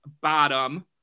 bottom